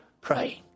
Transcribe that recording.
praying